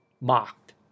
mocked